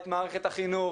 את מערכת החינוך